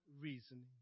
reasoning